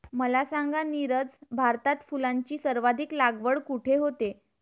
मला सांगा नीरज, भारतात फुलांची सर्वाधिक लागवड कुठे होते?